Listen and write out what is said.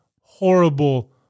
horrible